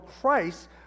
Christ